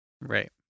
Right